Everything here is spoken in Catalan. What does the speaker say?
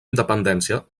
independència